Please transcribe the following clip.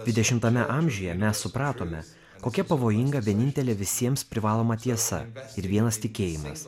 dvidešimtame amžiuje mes supratome kokia pavojinga vienintelė visiems privaloma tiesa ir vienas tikėjimais